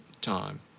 time